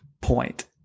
point